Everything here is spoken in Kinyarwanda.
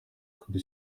kuri